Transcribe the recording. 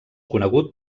conegut